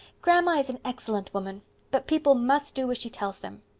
grandma is an excellent woman but people must do as she tells them.